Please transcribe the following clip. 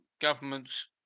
governments